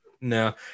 no